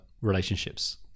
relationships